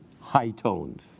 high-toned